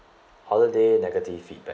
holiday negative feedback